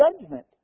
judgment